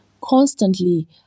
constantly